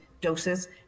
doses